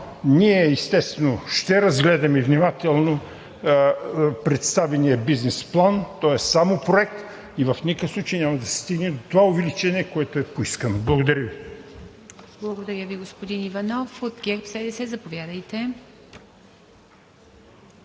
ние, естествено, ще разгледаме внимателно представения бизнес план, той е само проект, и в никакъв случай няма да се стигне до това увеличение, което е поискано. Благодаря Ви. ПРЕДСЕДАТЕЛ ИВА МИТЕВА: Благодаря Ви, господин Иванов. От ГЕРБ-СДС – заповядайте.